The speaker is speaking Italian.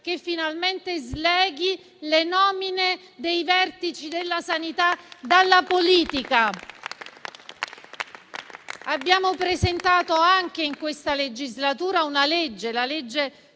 che finalmente sleghi le nomine dei vertici della sanità dalla politica. Abbiamo presentato anche in questa legislatura una legge, la n.